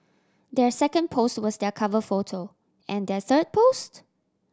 their second post was their cover photo and their third post